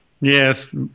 Yes